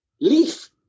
Leaf